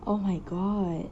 oh my god